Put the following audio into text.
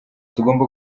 tugomba